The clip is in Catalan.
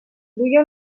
duia